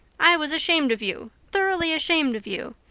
i was ashamed of you thoroughly ashamed of you.